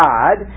God